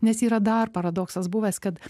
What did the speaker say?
nes yra dar paradoksas buvęs kad